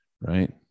right